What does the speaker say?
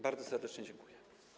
Bardzo serdecznie dziękuję.